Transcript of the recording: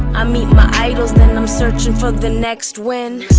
i meet my idols, then i'm searching for the next win.